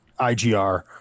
IGR